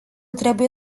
trebuie